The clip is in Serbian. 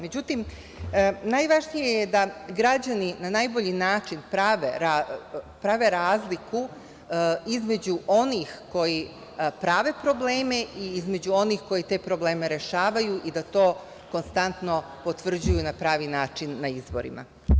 Međutim, najvažnije je da građani na najbolji način prave razliku između onih koji prave probleme i onih koji te probleme rešavaju i da to konstantno potvrđuju na pravi način na izborima.